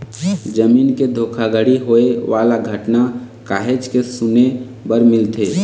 जमीन के धोखाघड़ी होए वाला घटना काहेच के सुने बर मिलथे